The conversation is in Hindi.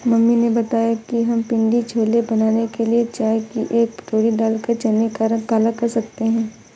मम्मी ने बताया कि हम पिण्डी छोले बनाने के लिए चाय की एक पोटली डालकर चने का रंग काला कर सकते हैं